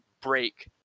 break